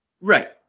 Right